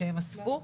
שהם אספו.